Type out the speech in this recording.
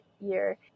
year